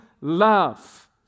love